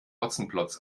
hotzenplotz